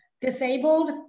disabled